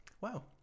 wow